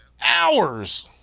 hours